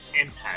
impact